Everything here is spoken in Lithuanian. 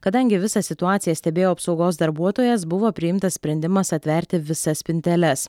kadangi visą situaciją stebėjo apsaugos darbuotojas buvo priimtas sprendimas atverti visas spinteles